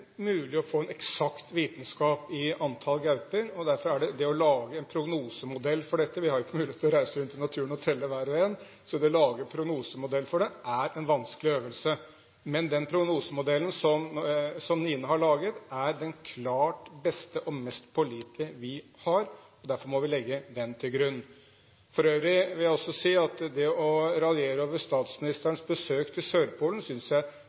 mulig å få en eksakt vitenskap med hensyn til antall gauper og det å lage en prognosemodell for dette. Vi har ikke noen mulighet til å reise rundt i naturen og telle hver og én, så det å lage en prognosemodell for dette er en vanskelig øvelse. Men den prognosemodellen som NINA har laget, er den klart beste og mest pålitelige vi har. Derfor må vi legge den til grunn. For øvrig vil jeg si at man egentlig bør tenke seg om en gang til før man raljerer over statsministerens besøk til Sørpolen.